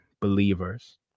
believers